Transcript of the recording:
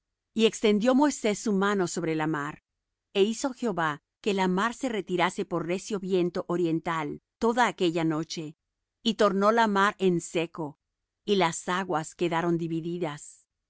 y extendió moisés su mano sobre la mar é hizo jehová que la mar se retirase por recio viento oriental toda aquella noche y tornó la mar en seco y las aguas quedaron divididas